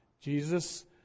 Jesus